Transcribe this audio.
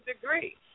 degree